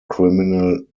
criminal